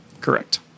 correct